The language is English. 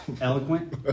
eloquent